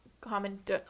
comment